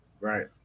right